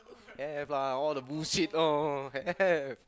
have lah all the bullshit lor have